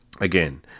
again